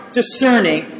discerning